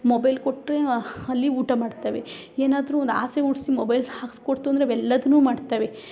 mobile ಕೊಟ್ಟೆ ಅಲ್ಲಿ ಊಟ ಮಾಡ್ತವೆ ಏನಾದರು ಒಂದು ಆಸೆ ಹುಟ್ಸಿ ಮೊಬೈಲ್ ಹಾಕಿಸ್ಕೊಡ್ತು ಅಂದರೆ ಅವು ಎಲ್ಲದನ್ನ ಮಾಡ್ತವೆ